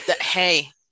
Hey